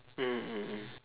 mm mm mm